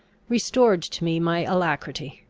restored to me my alacrity.